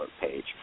page